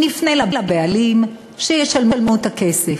נפנה לבעלים שישלמו את הכסף.